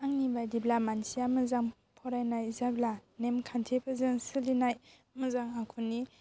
आंनि बायदिब्ला मानसिया मोजां फरायनाय जाब्ला नेमखान्थिफोरजों सोलिनाय मोजां आखुनि